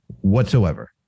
whatsoever